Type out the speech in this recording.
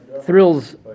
Thrills